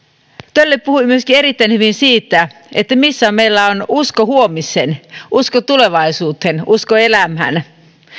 tölli puhui myöskin erittäin hyvin siitä missä meillä on usko huomiseen usko tulevaisuuteen usko elämään